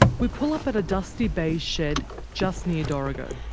we pull up at a dusty beige shed just near dorrigo.